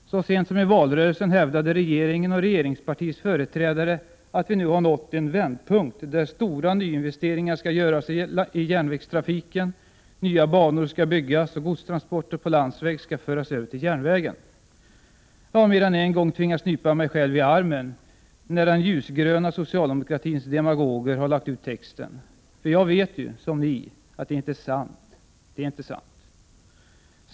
Så sent som i valrörelsen hävdade regeringen och regeringspartiets företrädare att vi nu har nått en vändpunkt, där stora nyinvesteringar skall göras i järnvägstrafiken, nya banor skall byggas och godstransporter på landsväg skall föras över till järnvägen. Jag har mer än en gång tvingats nypa mig själv i armen när den ljusgröna socialdemokratins demagoger har lagt ut texten. För jag vet ju, som ni, att det inte är sant. Det är inte sant!